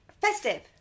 festive